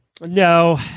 No